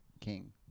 king